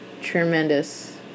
tremendous